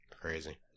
Crazy